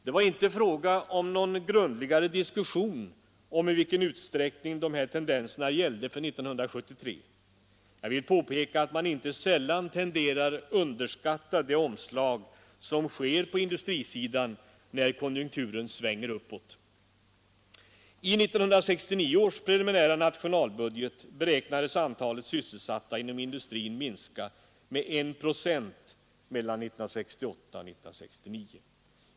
Det var inte fråga om någon grundligare diskussion av i vilken utsträckning dessa tendenser gällde för 1973. Jag vill påpeka att man inte sällan tenderar att underskatta det omslag som sker på industrisidan när konjunkturen svänger uppåt. I 1969 års preliminära nationalbudget beräknades antalet sysselsatta inom industrin minska med 1 procent mellan 1968 och 1969.